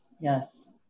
yes